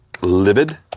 livid